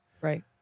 Right